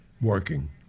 working